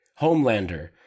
Homelander